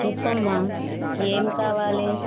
చెప్పు అమ్మా ఏం కావాలి